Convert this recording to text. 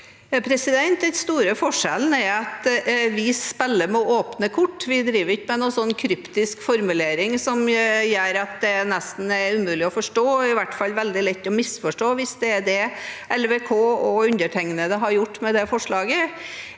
Den store forskjellen er at vi spiller med åpne kort. Vi driver ikke med noen kryptisk formulering som gjør at det nesten er umulig å forstå – i hvert fall veldig lett å misforstå, hvis det er det LVK og undertegnede har gjort med det forslaget.